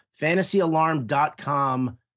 fantasyalarm.com